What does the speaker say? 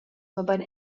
mobein